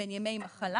בין ימי מחלה